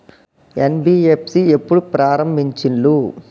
NBFC ఎప్పుడు ప్రారంభించిల్లు?